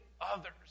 others